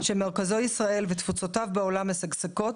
שמרכזו ישראל ותפוצותיו בעולם משגשגות,